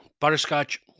Butterscotch